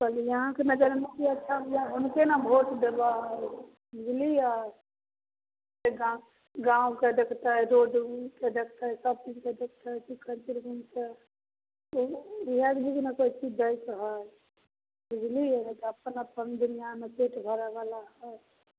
कि कहलिए अहाँके नजरिमे के अच्छा बुझाइए हुनके ने भोट देबै बुझलिए जे गामगामके देखतै गामके रोड उडके देखतै सबकिछुके देखतै वएह कोइ चीज दैत हइ बुझलिए तऽ अपन अपन दुनिआमे पेट भरऽवला हइ